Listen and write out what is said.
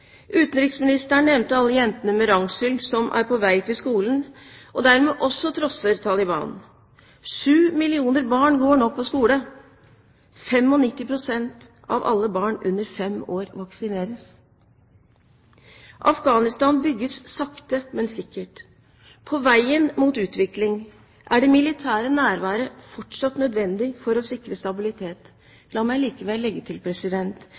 Utenriksministeren nevnte alle jentene med ransel som er på vei til skolen, og dermed også trosser Taliban. 7 millioner barn går nå på skole, og 95 pst. av alle barn under fem år vaksineres. Afghanistan bygges sakte, men sikkert. På veien mot utvikling er det militære nærværet fortsatt nødvendig for å sikre stabilitet. La meg likevel legge til: